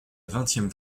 vingtième